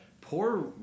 Poor